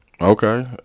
Okay